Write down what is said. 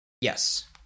Yes